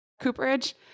cooperage